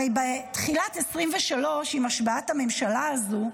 הרי בתחילת 2023, עם השבעת הממשלה הזאת,